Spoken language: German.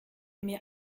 mir